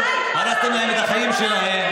הרסתם להם את החיים שלהם.